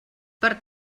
per